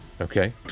Okay